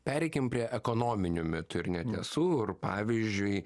pereikim prie ekonominių mitų ir netiesų ir pavyzdžiui